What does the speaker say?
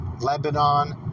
Lebanon